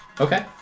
Okay